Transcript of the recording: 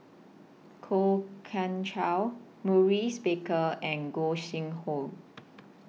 Kwok Kian Chow Maurice Baker and Gog Sing Hooi